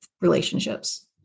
relationships